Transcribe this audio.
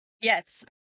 Yes